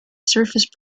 surface